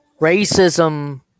Racism